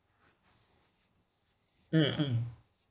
mm mm